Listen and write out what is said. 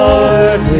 Lord